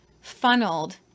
funneled